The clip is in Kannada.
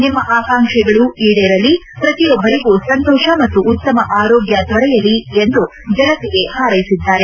ನಿಮ್ಮ ಆಕಾಂಕ್ಷೆಗಳು ಈಡೇರಲಿ ಪ್ರತಿಯೊಬ್ಬರಿಗೂ ಸಂತೋಷ ಮತ್ತು ಉತ್ತಮ ಆರೋಗ್ಯ ದೊರೆಯಲಿ ಎಂದು ಜನತೆಗೆ ಹಾರ್ಟೆಸಿದ್ದಾರೆ